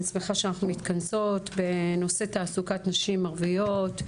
אני שמחה שאנחנו מתכנסות בנושא תעסוקת נשים ערביות,